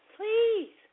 Please